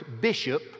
bishop